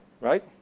right